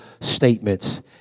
statements